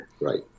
right